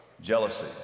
jealousy